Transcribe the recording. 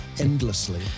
Endlessly